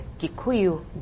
Gikuyu